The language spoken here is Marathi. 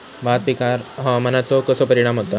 भात पिकांर हवामानाचो कसो परिणाम होता?